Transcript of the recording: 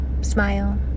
smile